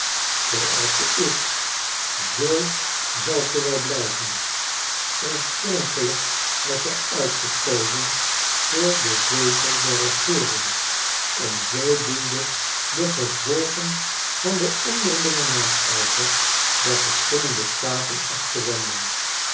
zooals ze is zoo zal ze wel blijven oorspronkelijk was ze uitgekozen voor den zetel der regeering om zoodoende de gevolgen van den onderlingen naijver der verschillende staten af te wenden